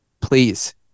Please